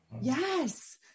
Yes